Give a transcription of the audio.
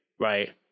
Right